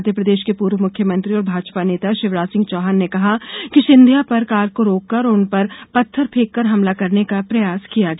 मध्य प्रदेश के पूर्व मुख्यमंत्री और भाजपा नेता शिवराज सिंह चौहान ने कहा कि श्री सिंधिया पर कार को रोककर और उन पर पत्थर फेंककर हमला करने का प्रयास किया गया